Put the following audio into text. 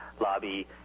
lobby